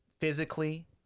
physically